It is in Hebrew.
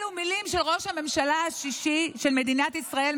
אלו מילים של ראש הממשלה השישי של מדינת ישראל,